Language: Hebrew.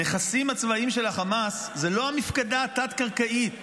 הנכסים הצבאיים של החמאס זה לא המפקדה התת-קרקעית